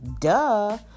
Duh